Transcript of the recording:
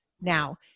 Now